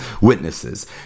witnesses